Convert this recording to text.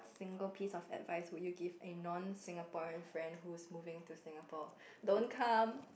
single piece of advice would you give a non Singaporean friend who's moving to Singapore don't come